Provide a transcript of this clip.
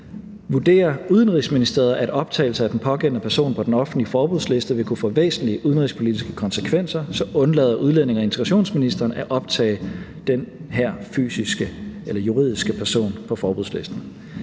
Vurderer Udenrigsministeriet, at optagelse af den pågældende person på den offentlige forbudsliste vil kunne få væsentlige udenrigspolitiske konsekvenser, undlader udlændinge- og integrationsministeren at optage den her fysiske eller juridiske person på forbudslisten.